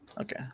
Okay